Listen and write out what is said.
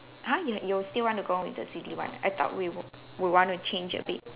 !huh! you you still want to go with the silly one I thought we w~ we want to change a bit